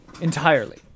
entirely